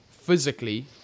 Physically